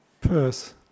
purse